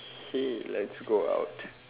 okay let's go out